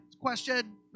question